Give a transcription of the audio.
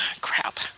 Crap